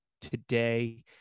today